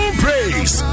praise